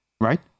right